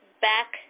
back